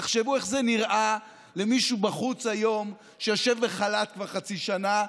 תחשבו איך זה נראה היום למישהו בחוץ שיושב בחל"ת כבר חצי שנה,